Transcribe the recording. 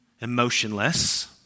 emotionless